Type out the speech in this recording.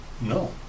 No